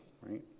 right